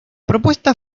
propuesta